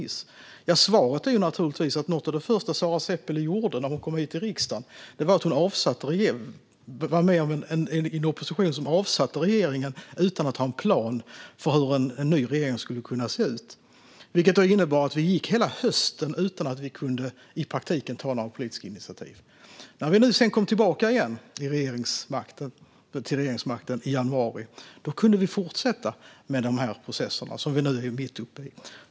Svaret är naturligtvis att något av det första Sara Seppälä gjorde när hon kom hit till riksdagen var att vara med i en opposition som avsatte regeringen utan att ha en plan för hur en ny regering skulle kunna se ut. Det innebar att hela hösten gick utan att vi i praktiken kunde ta några politiska initiativ. När vi sedan kom tillbaka igen till regeringsmakten i januari kunde vi fortsätta med de här processerna som vi nu är mitt uppe i.